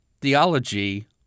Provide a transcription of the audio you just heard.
theology